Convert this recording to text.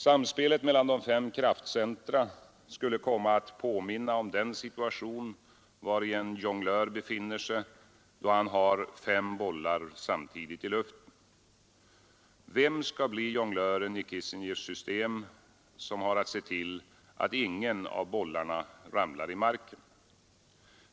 Samspelet mellan de fem kraftcentra skulle komma att påminna om den situation, vari en jonglör befinner sig, då han har fem bollar samtidigt i luften. Vem skall bli jonglören i Kissingers system, som har att se till att ingen av bollarna ramlar i marken?